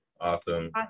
Awesome